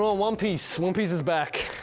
um one piece, one piece is back,